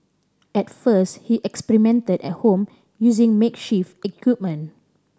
at first he experimented at home using makeshift equipment